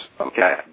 Okay